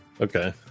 Okay